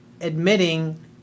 admitting